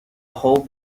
whole